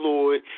Lord